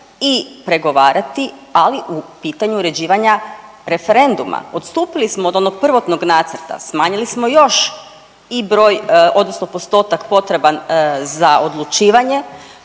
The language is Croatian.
i pregovarati, ali u pitanju uređivanja referenduma. Odstupili smo od onog prvotnog nacrta, smanjili smo još i broj odnosno postotak potreban za odlučivanje,